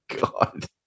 God